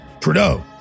Trudeau